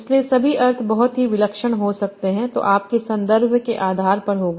इसलिए सभी अर्थ बहुत ही विलक्षण हो सकते हैं जो आपके संदर्भ के आधार पर होगा